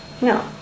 No